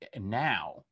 Now